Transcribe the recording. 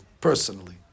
personally